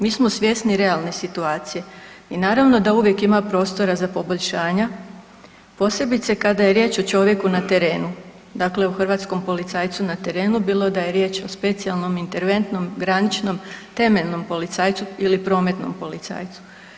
Mi smo svjesni realne situacije i naravno da uvijek ima prostora za poboljšanja, posebice kada je riječ o čovjeku na terenu dakle o hrvatskom policajcu na terenu bilo da je riječ o specijalnom, interventnom, graničnom, temeljnom policajcu ili prometnom policajcu.